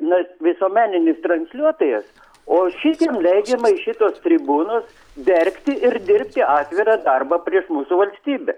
net visuomeninis transliuotojas o šitiem leidžiama iš šitos tribūnos verkti ir dirbti atvirą darbą prieš mūsų valstybę